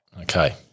Okay